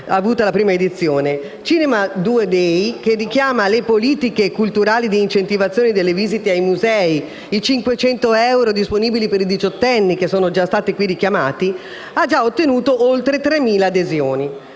già avuta la prima edizione. «Cinema2day», che richiama le politiche culturali di incentivazione delle visite musei e i 500 euro disponibili per i diciottenni che sono già stati qui richiamati, ha già ottenuto oltre 3.000 adesioni.